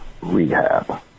rehab